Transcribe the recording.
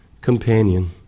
companion